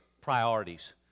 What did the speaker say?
priorities